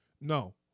No